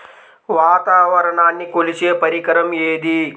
వాతావరణాన్ని కొలిచే పరికరం ఏది?